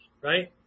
right